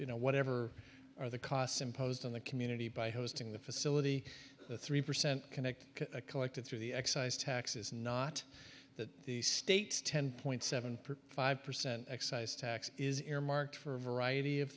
you know whatever are the costs imposed on the community by hosting the facility three percent connect collected through the excise taxes not that the states ten point seven percent five percent excise tax is earmarked for a variety of